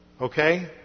Okay